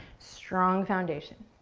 strong foundation.